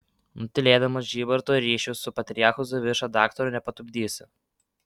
nutylėdamas žybarto ryšius su patriarchu zaviša daktaro nepatupdysi